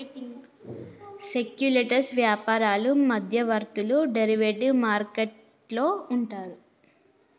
speculators వ్యాపారులు మధ్యవర్తులు derivative market లో ఉంటారు